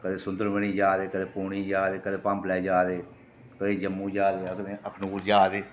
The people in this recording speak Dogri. कदें सुंदरबनी जा दे कदें पौनी जा दे कदें भांबले जा दे कदें जम्मू जा दे जां कदें अखनूर जा दे